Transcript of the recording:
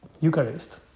Eucharist